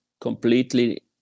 completely